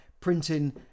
printing